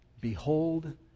Behold